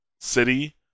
City